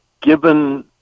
given